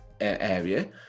area